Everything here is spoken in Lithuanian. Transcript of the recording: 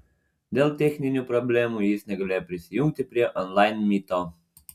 dėl techninių problemų jis negalėjo prisijungti prie onlain myto